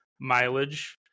mileage